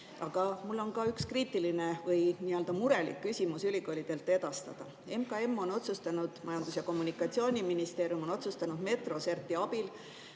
Aga mul on ka üks kriitiline või murelik küsimus ülikoolidelt edastada. MKM ehk Majandus‑ ja Kommunikatsiooniministeerium on otsustanud Metroserti abil